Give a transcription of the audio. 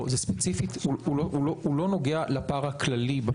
לא, זה ספציפית לא נוגע לפער הכללי במתמחים.